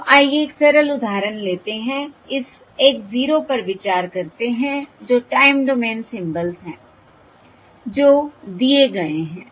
तो आइए एक सरल उदाहरण लेते हैं इस x 0 पर विचार करते हैं जो टाइम डोमेन सिंबल्स हैं जो दिए गए हैं